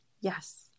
Yes